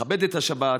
לכבד את השבת,